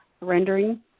rendering